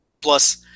Plus